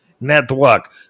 network